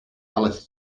alice